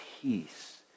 peace